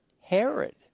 Herod